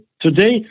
Today